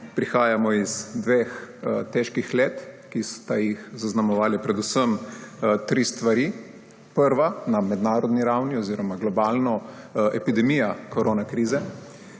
prihajamo iz dveh težkih let, ki so ju zaznamovale predvsem tri stvari. Prva: na mednarodni ravni oziroma globalno epidemija koronakrize,